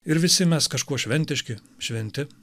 ir visi mes kažkuo šventiški šventi